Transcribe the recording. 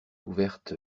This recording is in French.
ouverte